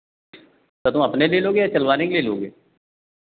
तो तुम अपने लिए लोगे या चलवाने के लिए लोगे